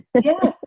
Yes